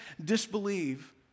disbelieve